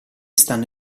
stanno